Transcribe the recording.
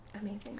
amazing